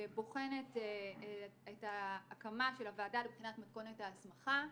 בוחנת את ההקמה של הוועדה לבחינת מתכונת ההסמכה,